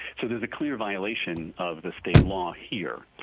so there is a clear violation of the state law here.